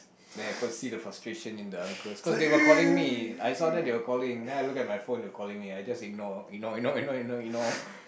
then I could see the frustrations in the uncles because they were calling me I saw them they were calling then I look at my phone they calling me I just ignore ignore ignore ignore ignore ignore